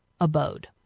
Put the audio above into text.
abode